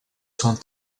song